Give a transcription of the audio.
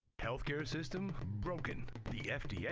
healthcare system, broken. the fda, yeah